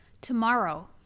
tomorrow